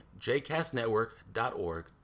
jcastnetwork.org